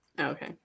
Okay